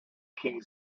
king